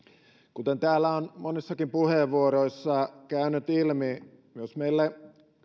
kuten täällä on monessakin puheenvuorossa käynyt ilmi myös meille